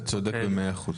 אתה צודק במאה אחוז.